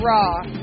Raw